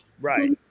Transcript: right